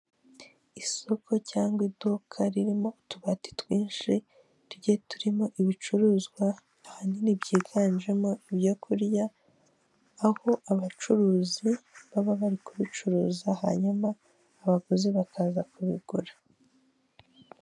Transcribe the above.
Isoko cyangwa iduka ririmo utubati twinshi tugiye turimo ibicuruzwa ahanini byiganjemo ibyo kurya, aho abacuruzi baba bari kubicuruza hanyuma abaguzi bakaza kubigura.